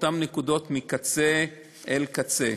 באותן נקודות, מקצה לקצה.